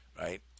right